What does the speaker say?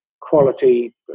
quality